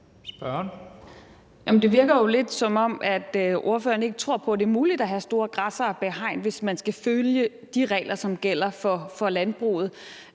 det virker jo lidt, som om ordføreren ikke tror på, at det er muligt at have store græssere bag hegn, hvis man skal følge de regler, som gælder for landbruget.